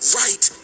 right